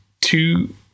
Two